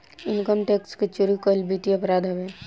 income tax के चोरी कईल वित्तीय अपराध हवे